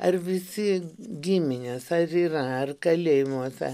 ar visi giminės ar yra ar kalėjimuose